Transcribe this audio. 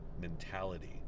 mentality